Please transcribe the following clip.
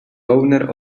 owner